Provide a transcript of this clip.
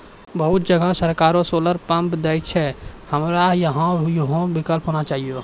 बहुत जगह सरकारे सोलर पम्प देय छैय, हमरा यहाँ उहो विकल्प होना चाहिए?